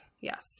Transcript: Yes